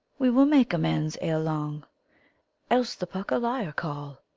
we will make amends ere long else the puck a liar call.